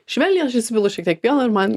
švelniai aš įsipilu šiek tiek pieno ir man